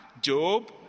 Job